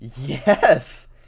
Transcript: Yes